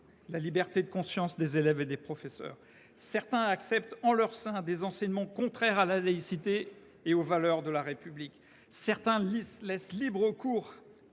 la liberté de conscience des élèves et des professeurs. Certains acceptent en leur sein des enseignements contraires à la laïcité et aux valeurs de la République. Certains laissent libre au cours